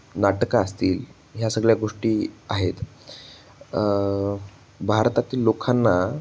नाटकं असतील ह्या सगळ्या गोष्टी आहेत भारतातील लोकांना